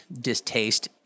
distaste